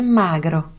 magro